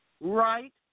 right